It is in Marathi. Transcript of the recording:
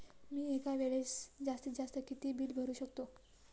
मी एका वेळेस जास्तीत जास्त किती बिल भरू शकतो?